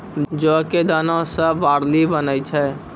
जौ कॅ दाना सॅ बार्ली बनै छै